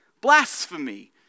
blasphemy